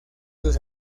sus